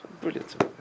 Brilliant